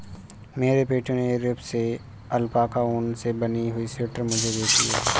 मेरे बेटे ने यूरोप से अल्पाका ऊन से बनी हुई स्वेटर मुझे भेजी है